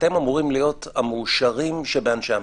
אתם אמורים להיות המאושרים שבאנשי במשכן.